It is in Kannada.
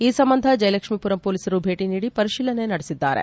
ಈ ಸಂಬಂಧ ಜಯಲಕ್ಷ್ಮಿ ಮರಂ ಪೊಲೀಸರು ಭೇಟಿ ನೀಡಿ ಪರಿಶೀಲನೆ ನಡೆಸಿದ್ದಾರೆ